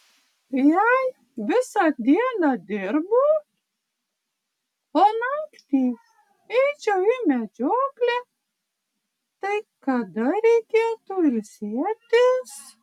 jei visą dieną dirbu o naktį eičiau į medžioklę tai kada reikėtų ilsėtis